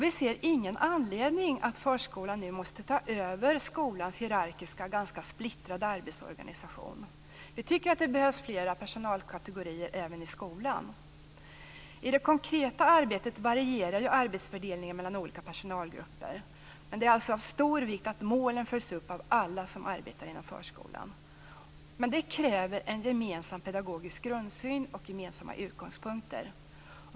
Vi ser ingen anledning till att förskolan nu måste ta över skolans hierarkiska och ganska splittrade arbetsorganisation. Vi tycker att det behövs fler personalkategorier även i skolan. I det konkreta arbetet varierar ju arbetsfördelningen mellan olika personalgrupper, men det är av stor vikt att målen följs upp av alla som arbetar inom förskolan. Det kräver en gemensam pedagogisk grundsyn och gemensamma utgångspunkter.